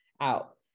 out